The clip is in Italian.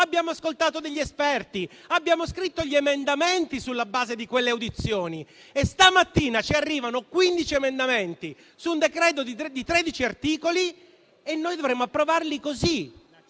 abbiamo ascoltato degli esperti, abbiamo scritto gli emendamenti sulla base di quelle audizioni. E stamattina ci arrivano 15 emendamenti su un decreto-legge di 13 articoli e noi dovremmo approvarli così.